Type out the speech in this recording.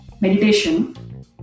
meditation